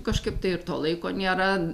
kažkaip tai ir to laiko nėra